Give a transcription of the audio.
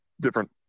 different